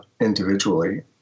individually